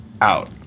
out